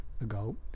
ago